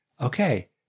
Okay